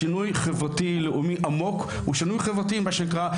שינוי חברתי לאומי עמוק הוא שינוי חברתי מה שנקרא,